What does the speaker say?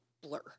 blur